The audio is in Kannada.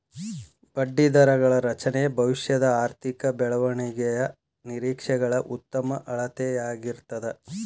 ಬಡ್ಡಿದರಗಳ ರಚನೆ ಭವಿಷ್ಯದ ಆರ್ಥಿಕ ಬೆಳವಣಿಗೆಯ ನಿರೇಕ್ಷೆಗಳ ಉತ್ತಮ ಅಳತೆಯಾಗಿರ್ತದ